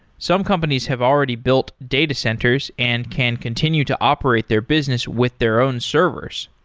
some companies have already built data centers and can continue to operate their business with their own servers.